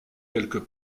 quelques